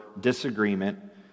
disagreement